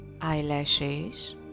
eyelashes